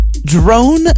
Drone